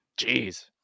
Jeez